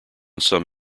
some